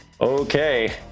Okay